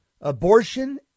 Abortion